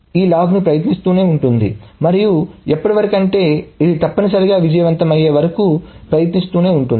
ఇది ఈ లాగ్ని ప్రయత్నిస్తూనే ఉంటుంది మరియు ఎప్పటి వరకు అంటే ఇది తప్పనిసరిగా విజయవంతమయ్యే వరకు ప్రయత్నిస్తూనే ఉంటుంది